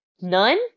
None